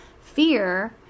fear